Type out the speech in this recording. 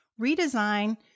redesign